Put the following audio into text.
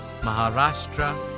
Maharashtra